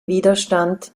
widerstand